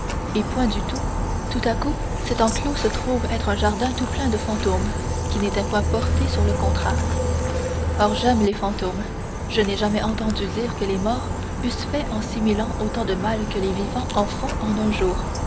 et point du tout tout à coup cet enclos se trouve être un jardin tout plein de fantômes qui n'étaient point portés sur le contrat or j'aime les fantômes je n'ai jamais entendu dire que les morts eussent fait en six mille ans autant de mal que les vivants en font en un jour